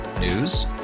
News